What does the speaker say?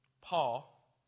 Paul